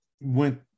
went